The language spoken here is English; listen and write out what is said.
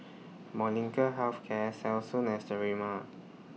Molnylcke Health Care Selsun and Sterimar